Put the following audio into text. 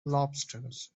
lobsters